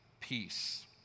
peace